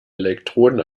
elektroden